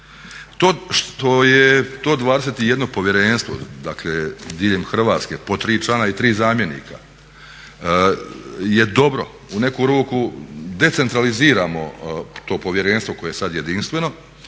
To što je to 21 povjerenstvo diljem Hrvatske po 3 člana i 3 zamjenika je dobro, u neku ruku decentraliziramo to povjerenstvo koje je sad jedinstveno